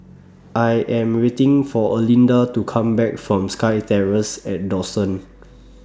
I Am waiting For Erlinda to Come Back from SkyTerrace At Dawson